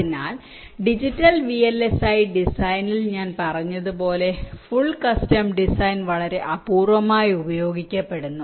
അതിനാൽ digital VLSI ഡിസൈനിൽ ഞാൻ പറഞ്ഞതുപോലെ ഫുൾ കസ്റ്റം ഡിസൈൻ വളരെ അപൂർവ്വമായി ഉപയോഗിക്കപ്പെടുന്നു